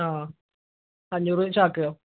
ആ അഞ്ഞൂറ് ചാക്കിനോ